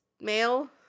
male